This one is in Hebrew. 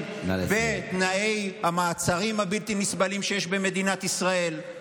על תנאי המעצרים הבלתי-נסבלים שיש במדינת ישראל?